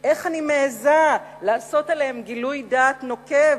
איך אני מעזה לעשות עליהם גילוי דעת נוקב,